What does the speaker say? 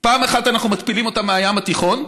פעם אחת אנחנו מתפילים אותם מהים התיכון,